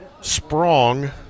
Sprong